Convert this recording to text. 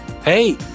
Hey